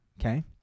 Okay